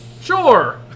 Sure